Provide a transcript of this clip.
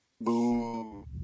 Boo